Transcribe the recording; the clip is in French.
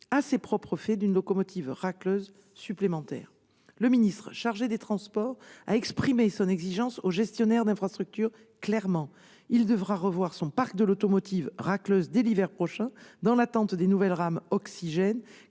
à ses propres frais, d'une locomotive racleuse supplémentaire. Le ministre chargé des transports a clairement exprimé son exigence au gestionnaire d'infrastructure, qui devra revoir son parc de locomotives racleuses dès l'hiver prochain, dans l'attente des nouvelles rames Oxygène